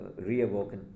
reawoken